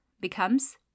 becomes